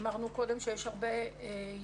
אמרנו קודם שיש הרבה ילדים,